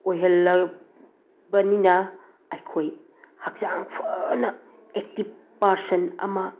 ꯑꯣꯏꯍꯜꯂꯕꯅꯤꯅ ꯑꯩꯈꯣꯏ ꯍꯛꯆꯥꯡ ꯐꯅ ꯑꯦꯛꯇꯤꯞ ꯄꯔꯁꯟ ꯑꯃ